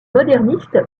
moderniste